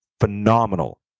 phenomenal